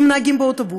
עם נהגים באוטובוס,